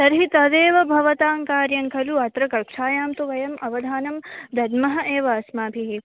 तर्हि तदेव भवतां कार्यं खलु अत्र कक्षायां तु वयम् अवधानं दद्मः एव अस्माभिः